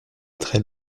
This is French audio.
très